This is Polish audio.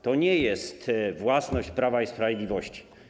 To nie jest własność Prawa i Sprawiedliwości.